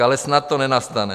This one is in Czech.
Ale snad to nenastane.